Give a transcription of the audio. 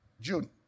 June